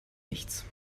nichts